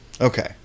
Okay